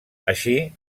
així